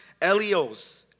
elios